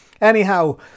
Anyhow